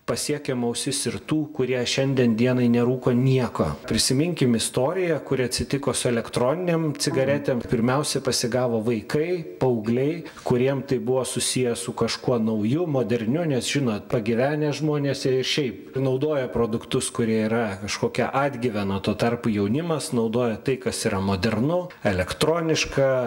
pasiekiam ausis ir tų kurie šiandien dienai nerūko nieko prisiminkim istoriją kuri atsitiko su elektroninėm cigaretėm pirmiausia pasigavo vaikai paaugliai kuriem tai buvo susiję su kažkuo nauju moderniu nes žinot pagyvenę žmonės jie ir šiaip naudoja produktus kurie yra kažkokia atgyvena tuo tarpu jaunimas naudoja tai kas yra modernu elektroniška